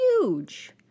huge